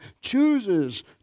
chooses